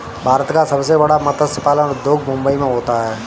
भारत का सबसे बड़ा मत्स्य पालन उद्योग मुंबई मैं होता है